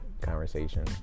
conversation